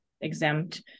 exempt